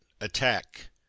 Attack